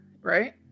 right